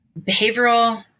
behavioral